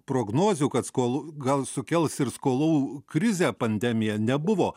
prognozių kad skol gal sukels ir skolų krizę pandemija nebuvo